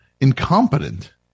incompetent